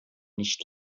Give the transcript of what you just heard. nicht